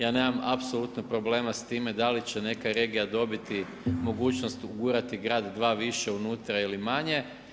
Ja nemam apsolutno problema sa time da li će neka regija dobiti mogućnost ugurati grad, dva više unutra ili manje.